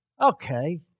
Okay